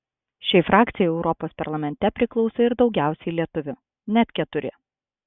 šiai frakcijai europos parlamente priklauso ir daugiausiai lietuvių net keturi